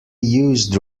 used